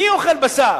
מי אוכל בשר?